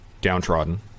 downtrodden